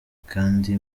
kandi